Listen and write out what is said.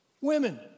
Women